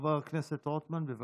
חבר הכנסת רוטמן, בבקשה,